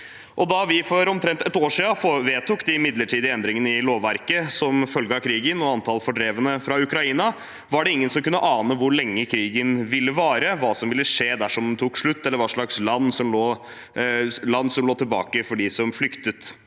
Da vi for omtrent et år siden vedtok de midlertidige endringene i lovverket som følge av krigen og antall fordrevne fra Ukraina, var det ingen skal kunne ane hvor lenge krigen ville vare, hva som ville skje dersom den tok slutt, eller hva slags land som var tilbake for dem som flyktet.